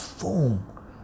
boom